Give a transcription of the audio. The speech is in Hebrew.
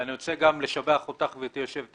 ואני רוצה גם לשבח אותך, גברתי היושבת-ראש,